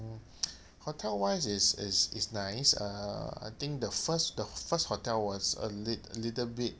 hotel wise is is is nice uh I think the first the first hotel was a lit~ little bit